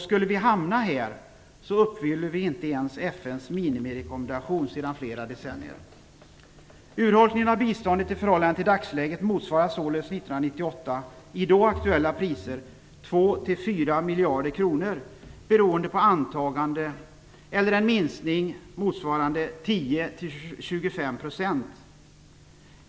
Skulle vi hamna här, uppfyller vi inte ens FN:s minimirekommendation sedan flera decennier. 2-4 miljarder kronor beroende på antagande eller en minskning motsvarande 10-25 %.